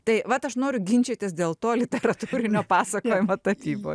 tai vat aš noriu ginčytis dėl to literatūrinio pasakojimo tapyboj